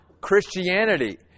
Christianity